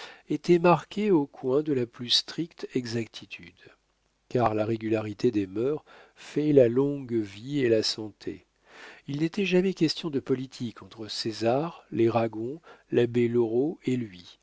étaient marquées au coin de la plus stricte exactitude car la régularité des mœurs fait la longue vie et la santé il n'était jamais question de politique entre césar les ragon l'abbé loraux et lui